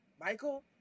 Michael